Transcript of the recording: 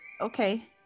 Okay